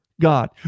God